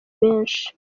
benshi